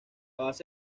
base